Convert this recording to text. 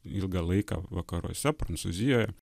ilgą laiką vakaruose prancūzijoje